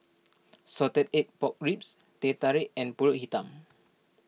Salted Egg Pork Ribs Teh Tarik and Pulut Hitam